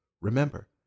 Remember